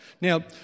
Now